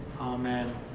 Amen